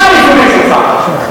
מה הרזומה שלך?